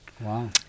Wow